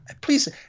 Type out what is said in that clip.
Please